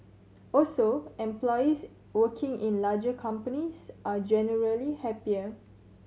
also employees working in larger companies are generally happier